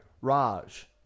Raj